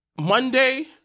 Monday